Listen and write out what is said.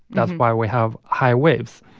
that's why we have high waves.